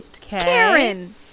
Karen